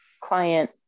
client